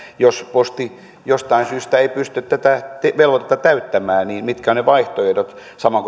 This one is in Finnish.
jos posti jostain syystä ei pysty tätä velvoitetta täyttämään niin mitkä ovat ne vaihtoehdot samoin